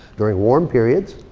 during warm periods.